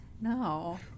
No